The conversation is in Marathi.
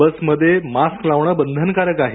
बसमध्ये मास्क लावणे बंधनकारक आहे